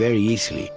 very easily